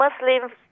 Muslims